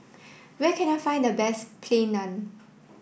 where can I find the best Plain Naan